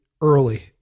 early